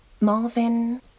Marvin